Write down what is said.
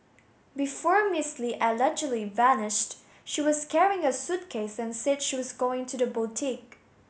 before Miss Li allegedly vanished she was carrying a suitcase and said she was going to the boutique